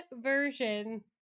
version